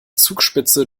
zugspitze